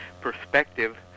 perspective